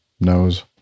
knows